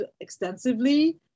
extensively